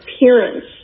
appearance